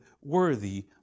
worthy